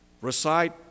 recite